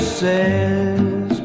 says